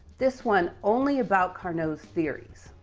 this one only about carnot's theories.